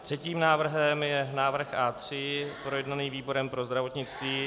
Třetím návrhem je návrh A3, projednaný výborem pro zdravotnictví.